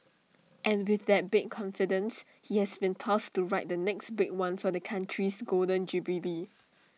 and with that confidence he has been tasked to write the next big one for the Country's Golden Jubilee